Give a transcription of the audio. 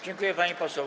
Dziękuję, pani poseł.